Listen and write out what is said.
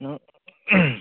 ꯅꯪ